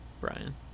Brian